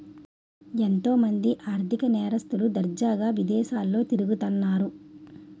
ఎంతో మంది ఆర్ధిక నేరస్తులు దర్జాగా విదేశాల్లో తిరుగుతన్నారు